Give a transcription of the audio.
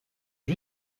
une